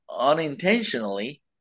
unintentionally